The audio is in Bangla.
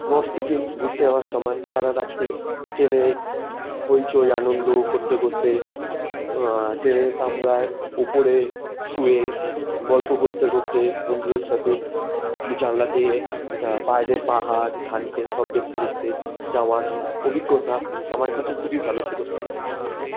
নর্থ সিকিম ঘুরতে যাওয়ার সময় সারা রাত্রি ট্রেনে হইচই আনন্দ করতে করতে ট্রেনের কামরায় উপরে শুয়ে গল্প করতে করতে বন্ধুদের সাথে জানলা দিয়ে বাইরের পাহাড় ধান ক্ষেত সব দেখতে দেখতে যাওয়ার অভিজ্ঞতা আমার কাছে খুবই ভালো ছিল